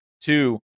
two